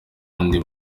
akandi